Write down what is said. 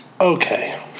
Okay